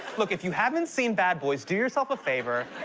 look, if you haven't seen bad boys, do yourself a favor,